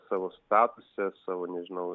savo statuse savo nežinau